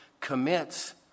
commits